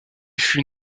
fut